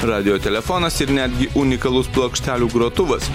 radijo telefonas ir netgi unikalus plokštelių grotuvas